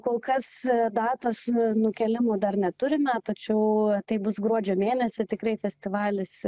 kol kas datos nukėlimo dar neturime tačiau tai bus gruodžio mėnesį tikrai festivalis